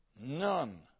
none